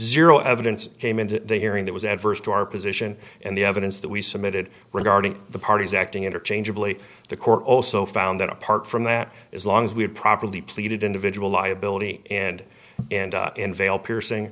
zero evidence came into the hearing that was adverse to our position and the evidence that we submitted regarding the parties acting interchangeably the court also found that apart from that as long as we had properly pleaded individual liability and in veil piercing